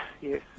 yes